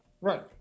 Right